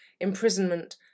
imprisonment